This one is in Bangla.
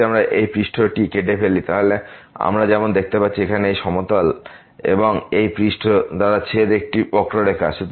যদি আমরা এই পৃষ্ঠটি কেটে ফেলি তাহলে আমরা যেমন দেখতে পাচ্ছি এখানে এই সমতল এবং পৃষ্ঠ দ্বারা ছেদ একটি বক্ররেখা আছে